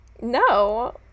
No